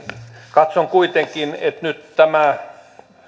katson kuitenkin että nyt tämä